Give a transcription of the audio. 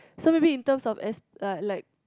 so maybe in terms of as like